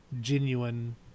genuine